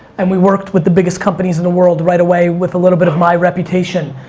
and we worked with the biggest companies in the world right away with a little bit of my reputation.